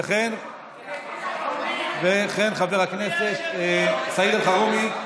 וכן של חבר הכנסת סעיד אלחרומי,